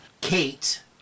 Kate